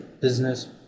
business